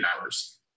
hours